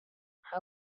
how